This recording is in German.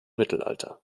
mittelalter